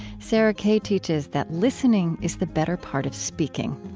sarah kay teaches that listening is the better part of speaking.